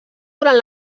durant